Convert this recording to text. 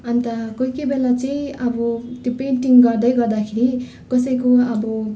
अन्त कोही कोही बेला चाहिँ अब त्यो पेन्टिङ गर्दै गर्दाखेरि कसैको अब